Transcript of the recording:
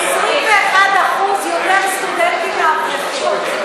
21% יותר סטודנטים מאברכים,